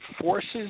forces